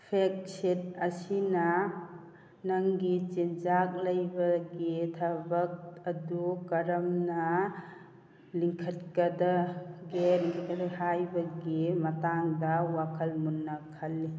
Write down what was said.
ꯐꯦꯛ sheet ꯑꯁꯤꯅ ꯅꯪꯒꯤ ꯆꯤꯟꯖꯥꯛ ꯂꯩꯕꯒꯤ ꯊꯕꯛ ꯑꯗꯨ ꯀꯔꯝꯅ ꯂꯤꯡꯈꯠꯀꯗꯒꯦ ꯍꯥꯏꯕꯒꯤ ꯃꯇꯥꯡꯗ ꯋꯥꯈꯜ ꯃꯨꯟꯅ ꯈꯜꯂꯤ